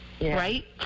Right